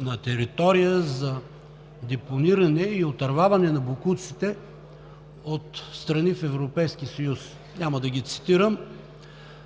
на територия за депониране и отърваване на боклуците от страни в Европейски съюз, няма да ги цитирам.